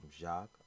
Jacques